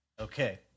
Okay